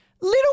little